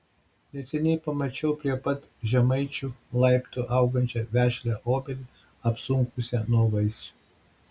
neseniai pamačiau prie pat žemaičių laiptų augančią vešlią obelį apsunkusią nuo vaisių